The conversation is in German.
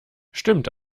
stimmt